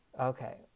Okay